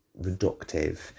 reductive